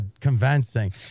convincing